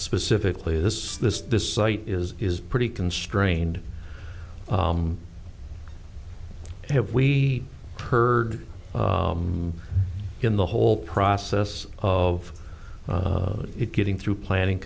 specifically this this this site is is pretty constrained have we heard in the whole process of it getting through planning